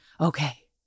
okay